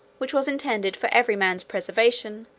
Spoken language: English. which was intended for every man's preservation,